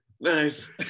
Nice